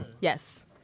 Yes